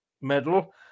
medal